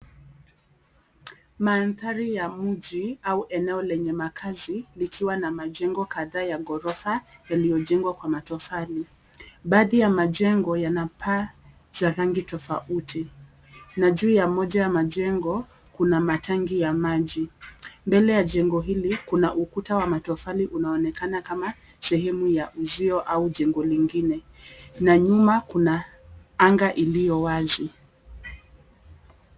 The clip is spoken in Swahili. Mandhari ya mji au eneo lenye makazi likiwa na majengo kadhaa ya ghorofa yaliyojengwa kwa matofali. Baadhi ya majengo yana paa za rangi tofauti na juu ya moja ya majengo kuna matangi ya maji. Mbele ya jengo hili kuna ukuta wa matofali unaonekana kama sehemu ya uzio au jengo lingine na nyuma kuna anga iliyo wazi.